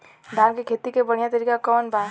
धान के खेती के बढ़ियां तरीका कवन बा?